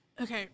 Okay